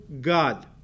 God